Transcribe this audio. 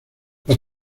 los